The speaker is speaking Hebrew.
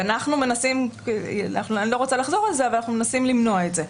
ואנחנו מנסים למנוע את זה.